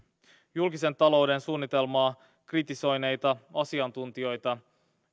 julkisen talouden suunnitelmaa kritisoineita asiantuntijoita